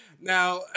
now